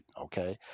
okay